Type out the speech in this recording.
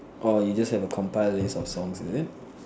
orh you just have a compile list of song is it